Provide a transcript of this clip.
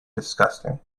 disgusting